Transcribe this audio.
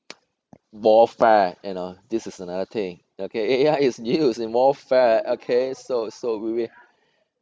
warfare and uh this is another thing okay A_I is used in warfare okay so so we we